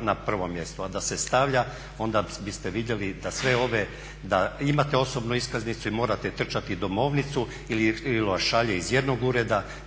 na prvo mjesto, a da se stavlja onda biste vidjeli da sve ove, da imate osobnu iskaznicu i morate trčati domovnicu ili vas šalje iz jednog ureda